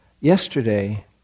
yesterday